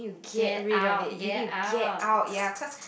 get rid a bit you need get out ya cause